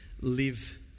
live